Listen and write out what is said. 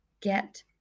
Get